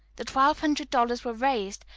the twelve hundred dollars were raised,